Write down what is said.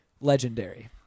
legendary